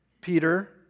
Peter